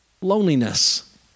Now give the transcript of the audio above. Loneliness